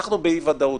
אנחנו באי ודאות,